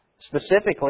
Specifically